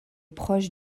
proche